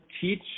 teach